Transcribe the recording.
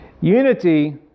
unity